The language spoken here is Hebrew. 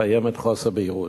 קיים חוסר בהירות,